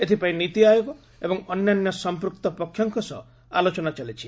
ଏଥିପାଇଁ ନୀତି ଆୟୋଗ ଏବଂ ଅନ୍ୟାନ୍ୟ ସମ୍ପୁକ୍ତ ପକ୍ଷଙ୍କ ସହ ଆଲୋଚନା ଚାଲିଛି